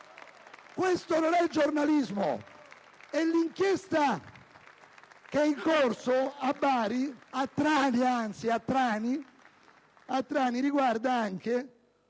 Questo non è giornalismo. L'inchiesta che è in corso a Trani riguarda anche